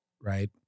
right